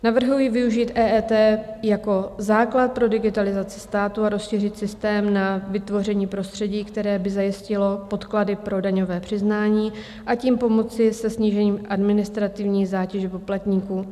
Navrhuji využít EET jako základ pro digitalizaci státu a rozšířit systém na vytvoření prostředí, které by zajistilo podklady pro daňové přiznání, a tím pomoci se snížením administrativní zátěže poplatníků.